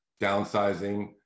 downsizing